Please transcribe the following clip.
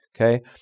Okay